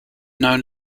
known